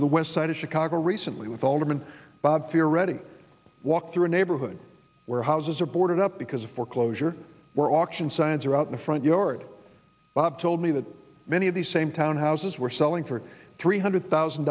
to the west side of chicago recently with alderman bob theoretic walk through a neighborhood where houses are boarded up because of foreclosure were auctioned science or out the front yard bob told me that many of these same townhouses were selling for three hundred thousand